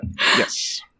Yes